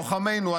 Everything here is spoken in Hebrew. לוחמינו,